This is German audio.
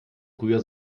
früher